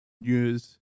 news